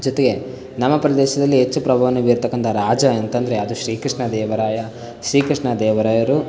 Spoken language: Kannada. ಜೊತೆಗೆ ನವ ಪ್ರದೇಶದಲ್ಲಿ ಹೆಚ್ಚು ಪ್ರಭಾವವನ್ನು ಬೀರತಕ್ಕಂಥ ರಾಜ ಎಂತಂದ್ರೆ ಅದು ಶ್ರೀ ಕೃಷ್ಣದೇವರಾಯ ಶ್ರೀ ಕೃಷ್ಣದೇವರಾಯರು